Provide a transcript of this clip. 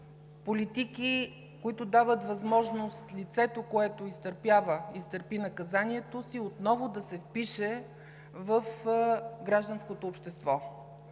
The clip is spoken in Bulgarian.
политики, които дават възможност лицето, което изтърпи наказанието си, отново да се впише в гражданското общество.